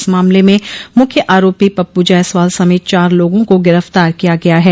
इस मामल म मुख्य आरोपी पप्पू जायसवाल समेत चार लोगों को गिरफ्तार किया गया है